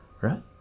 Right